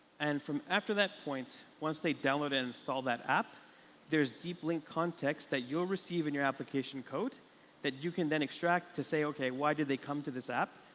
and after that point, once they download and install that app there is deep link context that you'll receive in your application code that you can then extract to say, ok why did they come to this app?